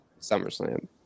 SummerSlam